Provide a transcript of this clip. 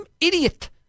Idiot